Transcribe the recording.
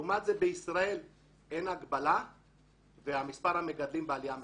לעומת זאת בישראל אין הגבלה ומספר המגדלים בעלייה מתונה.